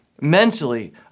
mentally